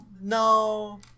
No